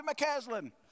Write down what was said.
McCaslin